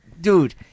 dude